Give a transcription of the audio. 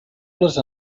les